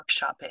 workshopping